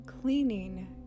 cleaning